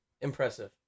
Impressive